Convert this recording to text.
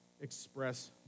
express